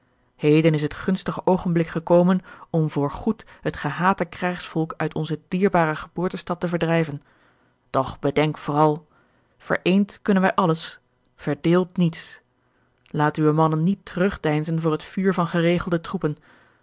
heden is het gunstige oogenblik gekomen om voor goed het gehate krijgsvolk uit onze dierbare geboortestad te verdrijven doch bedenk vooral vereend kunnen wij alles verdeeld niets laat uwe mannen niet terugdeinzen voor het vuur van geregelde troepen